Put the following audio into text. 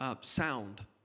sound